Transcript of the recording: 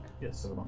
Yes